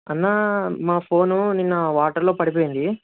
అన్న మా ఫోను నిన్న వాటర్లో పడిపోయింది